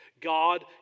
God